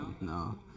no